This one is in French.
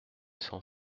cent